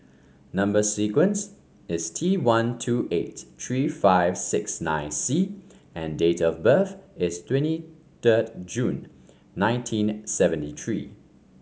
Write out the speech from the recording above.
number sequence is T one two eight three five six nine C and date of birth is twenty third June nineteen seventy three